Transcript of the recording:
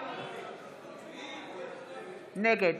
נגד